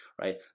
right